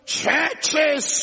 churches